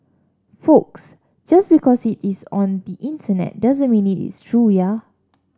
folks just because it is on the Internet doesn't mean it is true ya